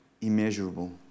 immeasurable